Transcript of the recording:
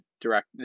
direct